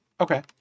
Okay